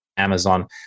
Amazon